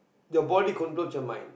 your body controls your mind